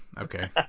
okay